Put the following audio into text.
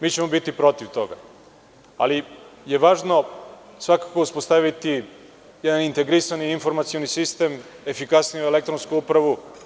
Mi ćemo biti protiv toga, ali je važno uspostaviti jedan integrisani informacioni sistem, efikasniju elektronsku upravu.